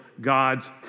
God's